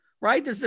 right